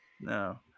no